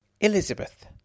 Elizabeth